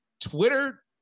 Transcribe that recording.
Twitter